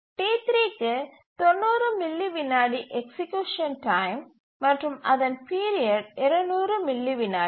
T3 க்கு 90 milli விநாடி execution time மற்றும் அதன் பீரியட் 200 மில்லி விநாடி